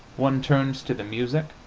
one turns to the music,